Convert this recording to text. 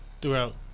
throughout